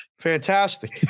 Fantastic